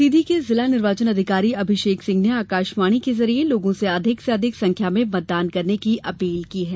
सीधी के जिला निर्वाचन अधिकारी अभिषेक सिंह ने आकाशवाणी के जरिए लोगों से अधिक से अधिक संख्या में मतदान करने की अपील की है